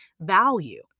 value